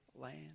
land